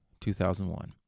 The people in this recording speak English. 2001